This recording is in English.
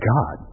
God